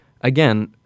Again